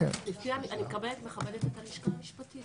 אני מכבדת את ההמלצה של הלשכה המשפטית.